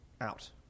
out